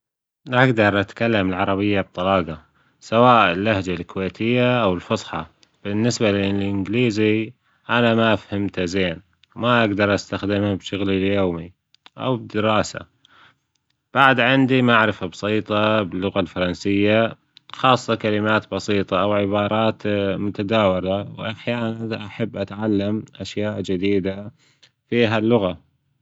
أجدر اتكلم العربية بطلاجة سواء اللهجة الكويتية أو الفصحى، بالنسبة للإنجليزي أنا ما فهمته زين، ما اجدر استخدمها بشغلي اليومي، أو بالدراسة، بعد عندي معرفة بسيطة باللغة الفرنسية خاصة كلمات بسيطة أو متداولة وأحيانا أحب أتعلم أشياء جديدة فيها اللغة.